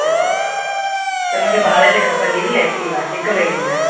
अच्छा त मूंखे भाड़े ते खपंदी हुई एक्टीवा हिकु महिने लाइ